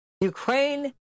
Ukraine